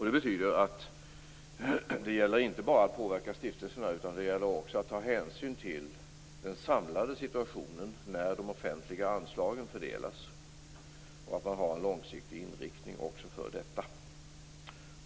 Det gäller inte bara att påverka stiftelserna utan också att ta hänsyn till den samlade situationen när de offentliga anslagen fördelas. Man bör ha en långsiktig inriktning också för detta.